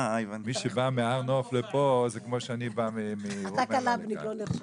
מי שבא מהר נוף לפה זה כמו שאני בא מרוממה לכאן.